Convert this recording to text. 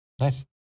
Nice